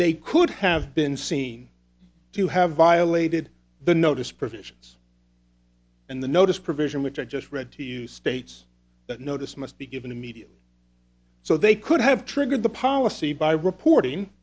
they could have been seen to have violated the notice provisions and the notice provision which i just read to you states that notice must be given immediately so they could have triggered the policy by reporting